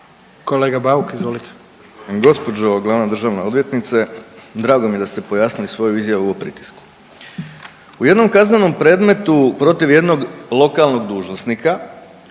**Bauk, Arsen (SDP)** Gospođo glavna državna odvjetnice drago mi je da ste pojasnili svoju izjavu o pritisku. U jednom kaznenom predmetu protiv jednog lokalnog dužnosnika